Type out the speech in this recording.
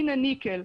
הנה, ניקל,